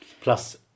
plus